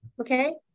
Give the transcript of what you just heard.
Okay